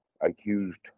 accused